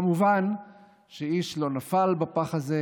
כמובן שאיש לא נפל בפח הזה.